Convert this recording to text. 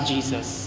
Jesus